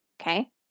okay